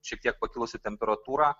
šiek tiek pakilusi temperatūra